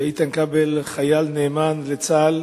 איתן כבל חייל נאמן בצה"ל,